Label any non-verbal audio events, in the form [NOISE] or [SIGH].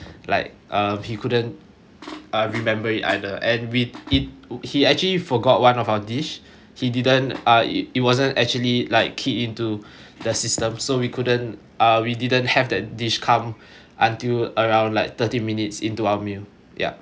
like um he couldn't uh remember it either and with it he actually forgot one of our dish he didn't uh it it wasn't actually like key in to [BREATH] the system so we couldn't uh we didn't have that dish come [BREATH] until around like thirty minutes into our meal yup